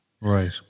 Right